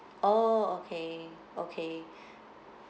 oh okay okay